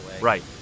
right